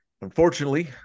unfortunately